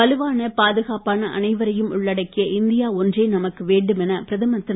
வலுவான பாதுகாப்பான அனைவரையும் உள்ளடக்கிய இந்தியா ஒன்றே நமக்கு வேண்டும் என பிரதமர் திரு